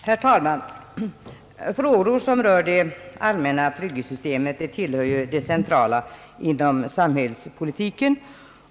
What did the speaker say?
Herr talman! Frågor som rör det allmänna trygghetssystemet tillhör ju det centrala inom sambhällspolitiken.